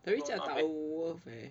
tapi cakap worth eh